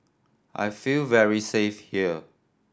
I feel very safe here